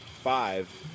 Five